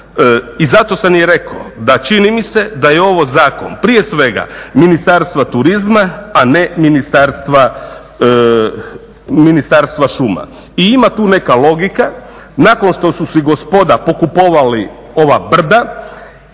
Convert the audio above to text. I zato sam i rekao da čini mi se da je ovo zakon prije svega Ministarstva turizma, a ne Ministarstva šuma. I ima tu neka logika, nakon što su si gospoda pokupovali ova brda